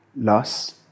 loss